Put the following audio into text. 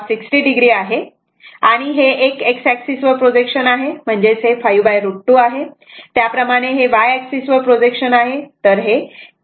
हे आणि हे एक x एक्सिस वर प्रोजेक्शन आहे म्हणजेच हे 5√ 2 आहे त्याचप्रमाणे y एक्सिस वर प्रोजेक्शन घेतले तर ते 10√ 2 येईल